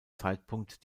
zeitpunkt